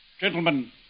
Gentlemen